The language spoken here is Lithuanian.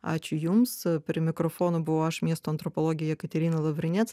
ačiū jums prie mikrofono buvau aš miesto antropologė jekaterina lavrinec